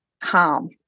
calm